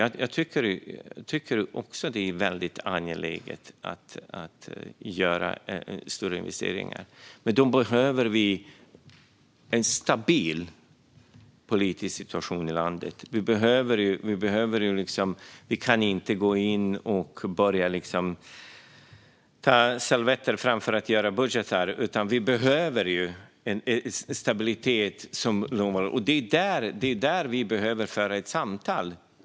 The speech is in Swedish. Jag tycker också att det är angeläget att göra större investeringar. Då behöver vi en stabil politisk situation i landet. Vi kan inte skissa på servetter i stället för att göra budgetar, utan vi behöver stabilitet. Där behöver vi föra ett samtal.